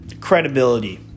credibility